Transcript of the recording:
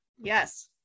yes